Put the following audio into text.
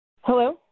Hello